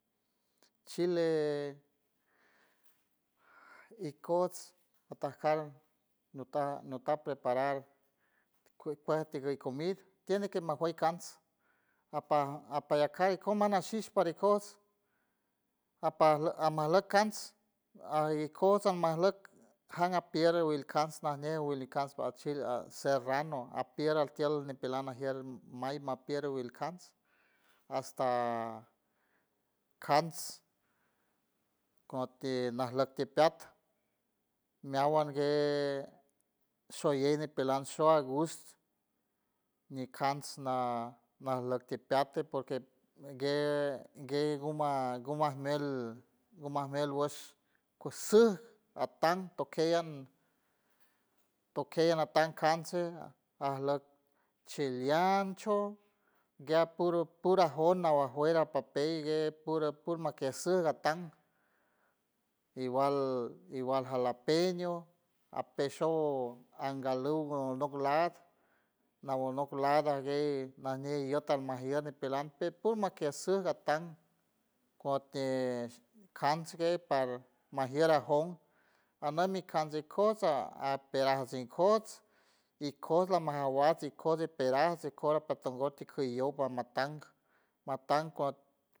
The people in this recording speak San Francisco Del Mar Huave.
Chile ikots atajcal nutac ñutac preparar cuet ati guey comid tiene que majuey cans apa apayacay comana shishpa de coids apa amaloc cans ay icosa marlot janapier wil cans najñe wil y cans guachil serrano alíer atield nipela ajiel may malpier wilcans hasta cans corti najlot tipiar meawuan guer sholieni peland shou agust ñicans na najlok tipiato porque guey guey gumajmiel guesh pucshu atan tokei an tokei anatang canse alok chiliancho guiart puru pura jona ajuera papey guere pure pura marquesot gatan iguald jalapeño apeshong angalugo loklat nagolnok laga aguey najñe y otormaj nieren pelampe puro marquesuga atand cuati cans gueys para majiera jound ana mi cans micosa apegarsi ikots ikots lamajaguarse ikots iperaj ikoro patangiot ticueyo parmatang matan cuat.